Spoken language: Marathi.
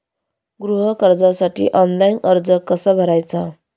गृह कर्जासाठी ऑनलाइन अर्ज कसा भरायचा?